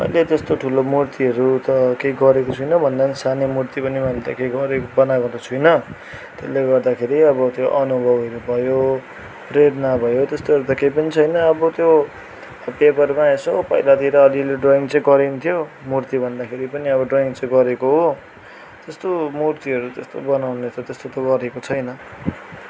मैले त्यस्तो ठुलो मूर्तिहरू त केही गरेको छुइनँ भन्दा पनि सानै मूर्ति पनि मैले केही गरेको बनाएको त छुइनँ त्यसले गर्दाखेरि अब त्यो अनुभवहरू भयो प्रेरणा भयो त्यस्तोहरू त केही पनि छैन अब त्यो पेपरमा यसो पहिलातिर अलिअलि ड्रोइङ चाहिँ गरिन्थ्यो मूर्ति भन्दाखेरि पनि अब ड्रोइङ चाहिँ गरेको हो त्यस्तो मूर्तिहरू त्यस्तो बनाउने त त्यस्तो त गरेको छैन